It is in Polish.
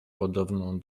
podobną